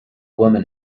woman